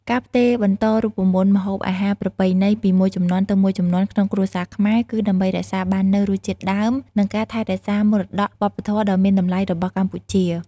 ការផ្ទេរបន្តរូបមន្តម្ហូបអាហារប្រពៃណីពីមួយជំនាន់ទៅមួយជំនាន់ក្នុងគ្រួសារខ្មែរ គឺដើម្បីរក្សាបាននូវរសជាតិដើម និងការថែរក្សាមរតកវប្បធម៌ដ៏មានតម្លៃរបស់កម្ពុជា។